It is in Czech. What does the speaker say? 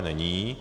Není.